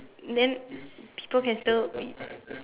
then people can still be